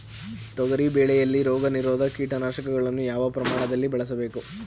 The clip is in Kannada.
ತೊಗರಿ ಬೆಳೆಯಲ್ಲಿ ರೋಗನಿರೋಧ ಕೀಟನಾಶಕಗಳನ್ನು ಯಾವ ಪ್ರಮಾಣದಲ್ಲಿ ಬಳಸಬೇಕು?